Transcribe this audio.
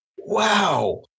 Wow